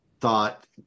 thought